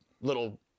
little